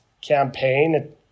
campaign